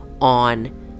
on